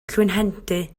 llwynhendy